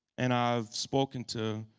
and i've spoken to